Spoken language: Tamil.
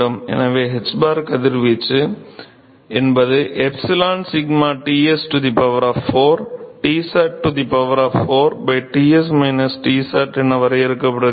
எனவே hbar கதிர்வீச்சு என்பது Σσ Ts 4 Tsat 4 Ts Tsat என வரையறுக்கப்படுகிறது